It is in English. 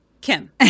Kim